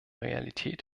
realität